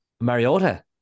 Mariota